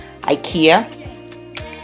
Ikea